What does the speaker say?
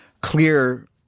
clear